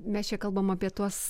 mes čia kalbam apie tuos